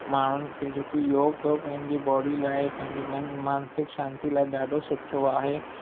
माण्हुनि खे जो की योगु त पंहिंजी बॉडी लाइ पंहिंजे मन मानसिक शांती लाइ ॾाढो सुठो आहे